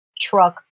truck